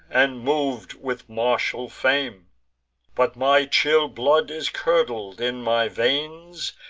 and mov'd with martial fame but my chill blood is curdled in my veins,